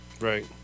Right